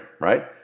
right